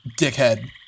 Dickhead